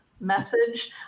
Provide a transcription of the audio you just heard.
message